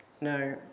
No